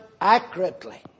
accurately